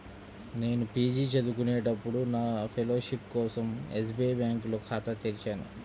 నేను పీజీ చదువుకునేటప్పుడు నా ఫెలోషిప్ కోసం ఎస్బీఐ బ్యేంకులో ఖాతా తెరిచాను